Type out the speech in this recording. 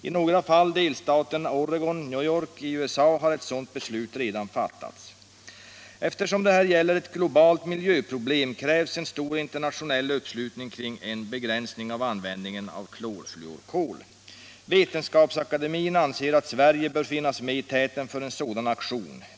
I några fall har ett sådant beslut redan fattats. —-—-- Eftersom det här gäller ett globalt miljöproblem krävs en stor internationell uppslutning kring en begränsning av användningen av klorfluorkol. Vetenskapsakademien anser att Sverige bör finnas med i täten för en sådan aktion.